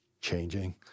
changing